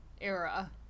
era